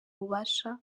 bufasha